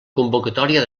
convocatòria